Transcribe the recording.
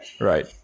right